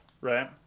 Right